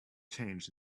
changed